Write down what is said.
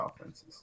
offenses